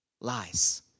lies